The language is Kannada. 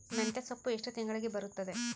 ಮೆಂತ್ಯ ಸೊಪ್ಪು ಎಷ್ಟು ತಿಂಗಳಿಗೆ ಬರುತ್ತದ?